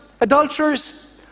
adulterers